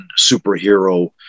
superhero